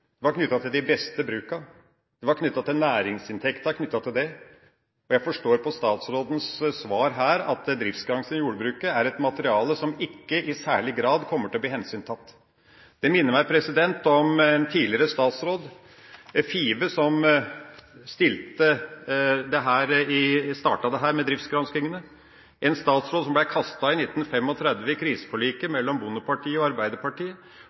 Det var knyttet til de beste bruka. Det var knyttet til næringsinntekta. Jeg forstår på statsrådens svar at driftsgranskningene i jordbruket er et materiale som ikke i særlig grad kommer til å bli hensyntatt. Det minner meg om tidligere statsråd Five, som startet dette med driftsgranskningene. Dette var en statsråd som ble kastet i 1935 i kriseforliket mellom Bondepartiet og Arbeiderpartiet,